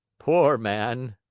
poor man!